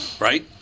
Right